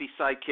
sidekick